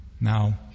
Now